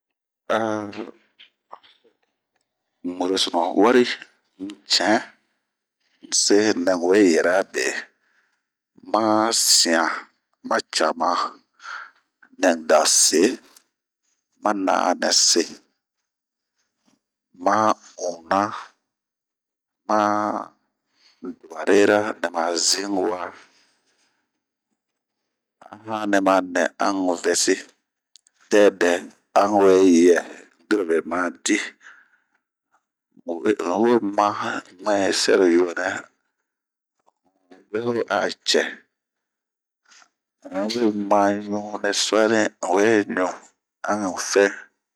Ah ɲiro sunu, wari n'cɛn n'se nɛ nwe yɛra bee.ma sian ma cama nɛ nda se. Ma na'a nɛ see.ma dubarera nɛ nzin nwa, an we vɛsi dɛ dɛ dɛ an we yɛ dirobe .nwe ma muɛn sɛroyio ,n'bue ho cɛ, nyi ma ɲu nɛ suani an ɲuu an n'fɛn.